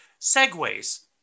Segways